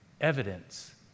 evidence